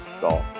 golf